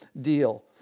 deal